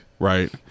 Right